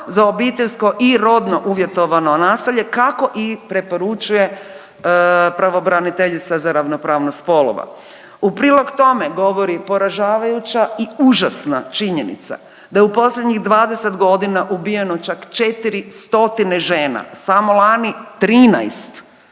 za obiteljsko i rodno uvjetovano nasilje kako i preporučuje pravobraniteljica za ravnopravnost spolova. U prilog tome govori poražavajuća i užasna činjenica da je u posljednjih 20 godina ubijeno čak 400 žena, samo lani 13.